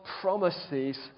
promises